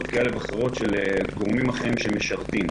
כאלה או אחרות של גורמים אחרים שמשרתים.